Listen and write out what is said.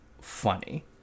funny